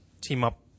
team-up